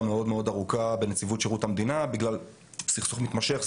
מאוד מאוד ארוכה בנציבות שירות המדינה בגלל סכסוך מתמשך.